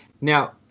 Now